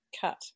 cut